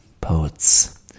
Poets